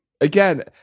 Again